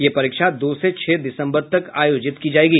ये परीक्षा दो से छह दिसंबर तक आयोजित की जायेगी